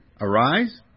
Arise